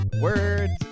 words